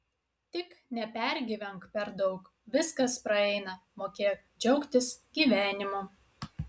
tik nepergyvenk per daug viskas praeina mokėk džiaugtis gyvenimu